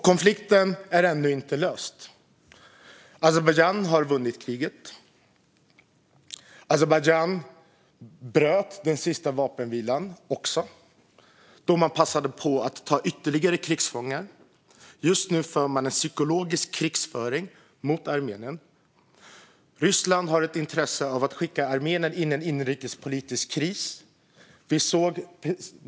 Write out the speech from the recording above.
Konflikten är ännu inte löst. Azerbajdzjan har vunnit kriget. Azerbajdzjan bröt den sista vapenvilan också, då man passade på att ta ytterligare krigsfångar. Just nu har man en psykologisk krigföring mot Armenien. Ryssland har ett intresse av att skicka in Armenien i en inrikespolitisk kris.